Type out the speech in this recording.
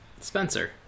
Spencer